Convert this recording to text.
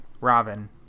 Robin